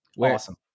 Awesome